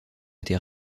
était